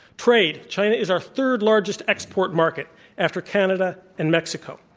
trade. china is our third largest export market after canada and mexico.